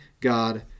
God